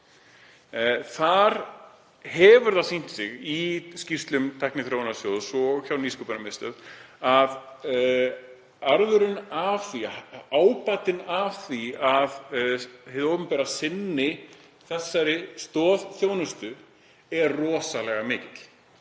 Þar hefur það sýnt sig, í skýrslum Tækniþróunarsjóðs og hjá Nýsköpunarmiðstöð, að ábatinn af því að hið opinbera sinni þessari stoðþjónustu er rosalega mikill.